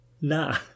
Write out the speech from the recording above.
Nah